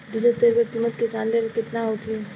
Diesel तेल के किमत किसान के लेल केतना होखे?